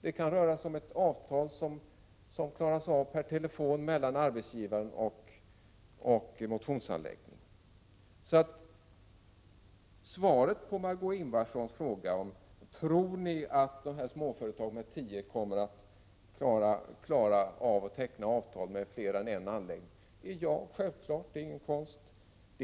Men det kan röra sig om ett avtal som klaras av per telefon mellan arbetsgivaren och motionsanläggningen. Svaret på Margö Ingvardssons fråga om vi tror att småföretag med tio anställda kommer att klara av att få avtal med fler än en anläggning är: Ja, självklart, det är